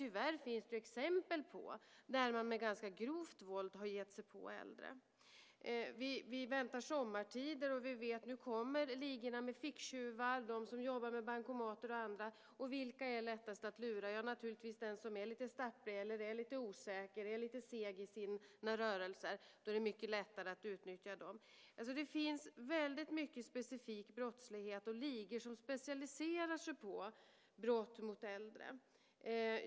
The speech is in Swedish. Tyvärr finns det exempel på att man med ganska grovt våld har gett sig på äldre. Vi väntar sommartider och vet att ligorna med ficktjuvar, de som jobbar med bankomater och andra nu kommer, och vilka är lättast att lura? Ja, det är naturligtvis den som är lite stapplig, lite osäker eller lite seg i sina rörelser. Det är mycket lättare att utnyttja dem. Det finns väldigt mycket specifik brottslighet och ligor som specialiserar sig på brott mot äldre.